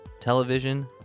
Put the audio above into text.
television